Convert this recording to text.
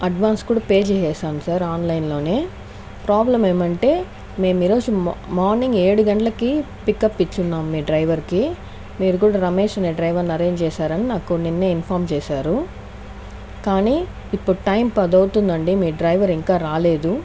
advance కూడా pay చేసేసాను sir ఆన్లైన్లోనే ప్రాబ్లం ఏమంటే మేము ఈరోజు మా మార్నింగ్ ఏడు గంటలకి పికప్ ఇచ్చి ఉన్నాము మీ డ్రైవర్కి మీరు కూడా రమేష్ అనే డ్రైవర్ని ఆరెంజ్ చేశారని నాకు నిన్నే ఇన్ఫర్మ్ చేశారు కానీ ఇప్పుడు టైమ్ పది అవుతుందండి మీ డ్రైవర్ ఇంకా రాలేదు